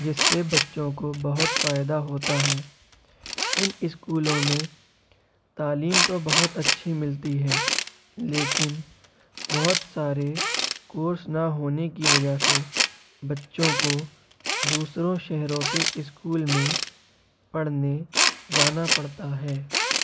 جس سے بچوں کو بہت فائدہ ہوتا ہے ان اسکولوں میں تعلیم تو بہت اچھی ملتی ہے لیکن بہت سارے کورس نہ ہونے کی وجہ سے بچوں کو دوسروں شہروں کے اسکول میں پڑھنے جانا پڑتا ہے